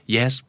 Yes